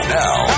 now